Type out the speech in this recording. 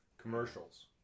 Commercials